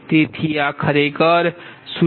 તેથી આ ખરેખર 0